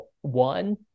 one